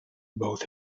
both